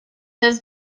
his